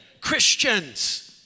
Christians